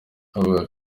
avuga